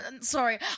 Sorry